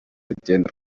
rugendo